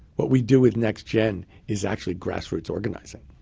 what we do with nextgen is actually grassroots organizing.